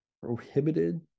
prohibited